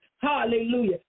Hallelujah